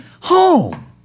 home